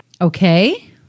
Okay